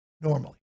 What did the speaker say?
normally